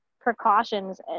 precautions